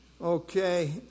Okay